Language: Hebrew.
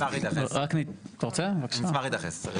אני כבר אתייחס.